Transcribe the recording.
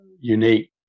unique